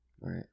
Right